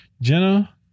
Jenna